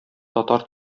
татар